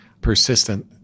persistent